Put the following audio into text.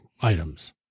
items